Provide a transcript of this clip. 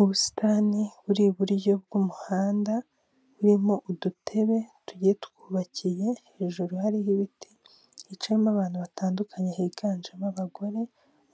Ubusitani buri iburyo bw'umuhanda burimo udutebe twubakiye hejuru hariho ibiti yicayemo abantu batandukanye higanjemo abagore